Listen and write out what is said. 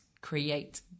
create